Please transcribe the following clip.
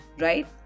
right